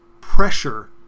pressure